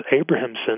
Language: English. Abrahamson